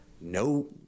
no